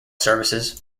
services